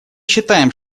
считаем